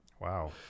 wow